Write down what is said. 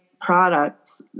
products